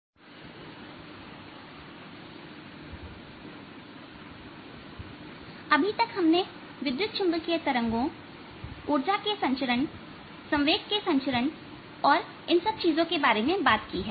सतह पर तरंगों का परावर्तन तनावपूर्ण तार पर तरंग अभी तक हमने विद्युत चुंबकीय तरंगों ऊर्जा के संचरण संवेग के संचरण और इन सब चीजों के बारे में बात की है